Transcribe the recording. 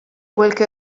qualche